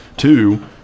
Two